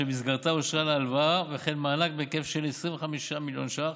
שבמסגרתה אושרו לה הלוואה וכן מענק בהיקף של 25 מיליון ש"ח,